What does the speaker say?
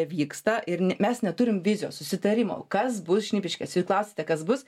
vyksta ir mes neturim vizijos susitarimo kas bus šnipiškės jūs klausiate kas bus